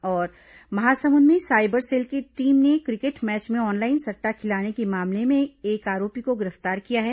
और महासमुंद में cyber cell की टीम ने क्रिकेट मैच में ऑनलाइन सट्टा खिलाने के मामले में एक आरोपी को गिरफ्तार किया है